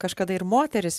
kažkada ir moteris